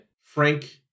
Frank